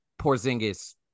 Porzingis